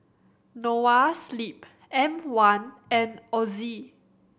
Noa Sleep M One and Ozi